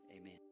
Amen